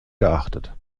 geachtet